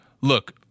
look